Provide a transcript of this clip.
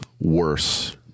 worse